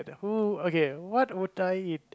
who okay what would I